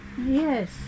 Yes